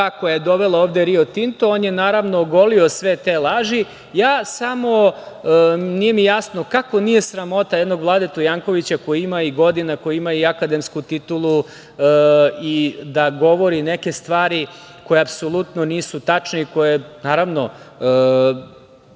koja je dovela ovde „Rio Tinto“, on je, naravno, ogolio sve te laži. Meni samo nije jasno kako nije sramota jednog Vladetu Jankovića, koji ima i godina, koji ima i akademsku titulu, da govori neke stvari koje apsolutno nisu tačne i koje… Naravno,